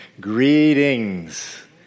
greetings